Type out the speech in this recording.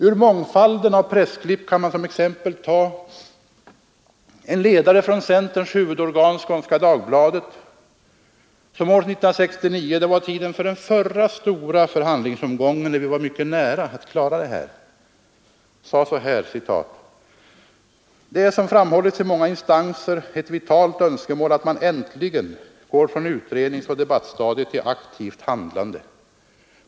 Ur mångfalden av pressklipp kan man som exempel ta en ledare från centerns huvudorgan Skånska Dagbladet, som år 1969 — det var tiden för den förra stora förhandlingsomgången, när vi var mycket nära att klara en uppgörelse — skrev så här: ”Det är, som framhållits i många instanser ——— ett vitalt önskemål att man äntligen går från utredningsoch debattstadiet till aktivt handlande.